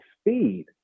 speed